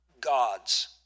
gods